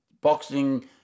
boxing –